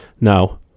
Now